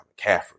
McCaffrey